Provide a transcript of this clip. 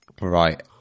right